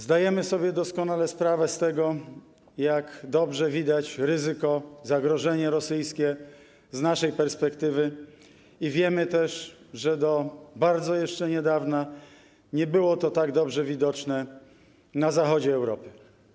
Zdajemy sobie doskonale sprawę z tego, jak dobrze widać ryzyko, zagrożenie rosyjskie z naszej perspektywy, i wiemy też, że jeszcze do bardzo niedawna nie było to tak dobrze widoczne na zachodzie Europy.